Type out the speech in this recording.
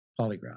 polygraph